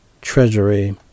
Treasury